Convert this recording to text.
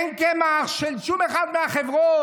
אין קמח של אף אחת מהחברות.